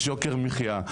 יש יוקר מחיה,